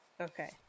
Okay